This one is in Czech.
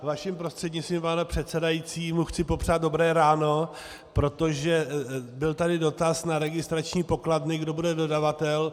Vaším prostřednictvím, pane předsedající, mu chci popřát dobré ráno, protože byl tady dotaz na registrační pokladny, kdo bude dodavatel.